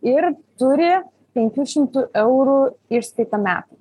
ir turi penkių šimtų eurų išskaitą metam